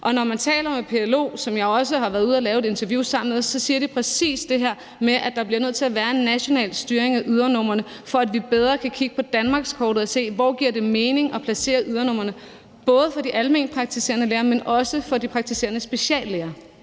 Når man taler med PLO, som jeg også har været ude at lave et interview sammen med, så siger de præcis det her med, at der bliver nødt til at være en national styring af ydernumrene, for at vi bedre kan kigge på danmarkskortet og se, hvor det giver mening at placere ydernumrene, både for de almenpraktiserende læger, men også for de praktiserende speciallæger.